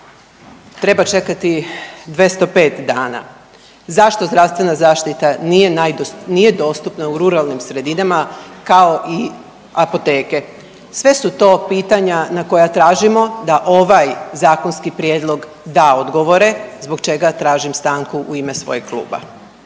treba čekati 205 dana zašto zdravstvena zaštita nije .../nerazumljivo/... nije dostupna u ruralnim sredinama kao i apoteke? Sve su to pitanja na koja tražimo da ovaj zakonski prijedlog da odgovore zbog čega tražim stanku u ime svojeg kluba.